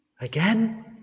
Again